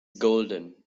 golden